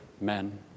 men